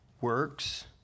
works